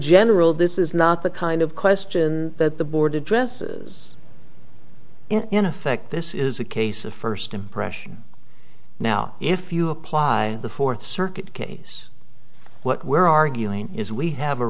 general this is not the kind of question that the board addresses in effect this is a case of first impression now if you apply the fourth circuit case what we're arguing is we have a